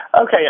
Okay